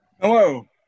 Hello